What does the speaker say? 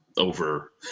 over